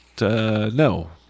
No